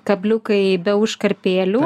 kabliukai be užkarpėlių